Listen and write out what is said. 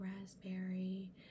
raspberry